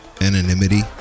Anonymity